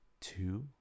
two